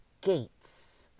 gates